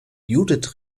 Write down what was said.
judith